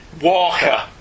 Walker